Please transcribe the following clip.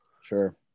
Sure